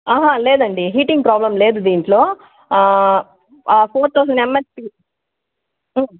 ఆహా లేదండి heating problem లేదు దీంట్లో ఫోర్ థౌజండ్ ఎంఎస్